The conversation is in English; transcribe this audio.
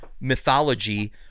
mythology